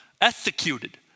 executed